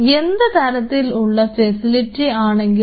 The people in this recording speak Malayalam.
എന്ത് തരത്തിലുള്ള ഉള്ള ഫെസിലിറ്റി ആണെങ്കിലും